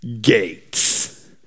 Gates